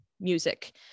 music